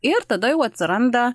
ir tada jau atsiranda